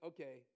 Okay